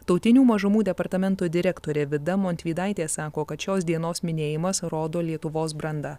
tautinių mažumų departamento direktorė vida montvydaitė sako kad šios dienos minėjimas rodo lietuvos brandą